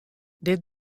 dit